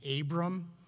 Abram